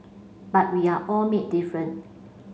but we are all made different